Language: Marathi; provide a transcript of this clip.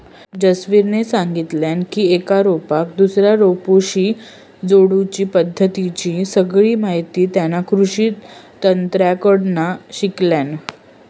जसवीरने सांगितल्यान की एका रोपाक दुसऱ्या रोपाशी जोडुची पद्धतीची सगळी माहिती तेना कृषि तज्ञांकडना शिकल्यान